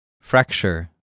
fracture